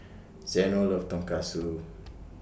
Zeno loves Tonkatsu